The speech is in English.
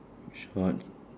which one